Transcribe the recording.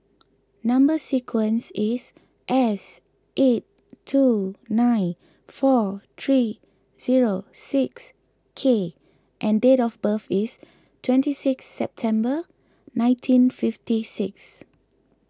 Number Sequence is S eight two nine four three zero six K and date of birth is twenty six September nineteen fifty six